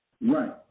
Right